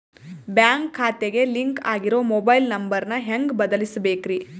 Bank ಖಾತೆಗೆ link ಆಗಿರೋ mobile number ನ ಹೆಂಗ್ ಬದಲಿಸಬೇಕ್ರಿ?